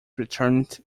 returned